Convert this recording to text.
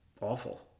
awful